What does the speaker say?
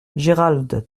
gérald